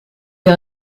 des